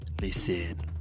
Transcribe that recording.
Listen